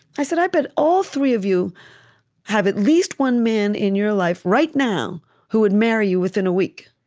i said, i bet all three of you have at least one man in your life right now who would marry you within a week.